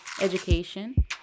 education